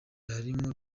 harimo